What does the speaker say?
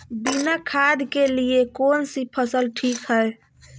बिना खाद के लिए कौन सी फसल ठीक है?